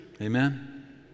Amen